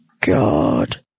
God